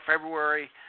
February